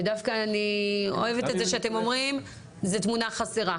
ודווקא אני אוהבת את זה שאתם אומרים שזו תמונה חסרה.